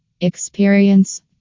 experience